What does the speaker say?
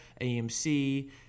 AMC